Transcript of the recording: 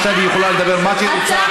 עכשיו היא יכולה לדבר על מה שהיא רוצה.